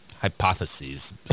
hypotheses